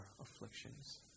afflictions